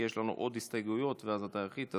כי יש לנו עוד הסתייגויות ואתה היחיד.